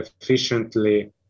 efficiently